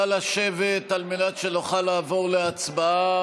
נא לשבת על מנת שנוכל לעבור להצבעה.